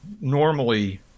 normally